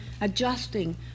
adjusting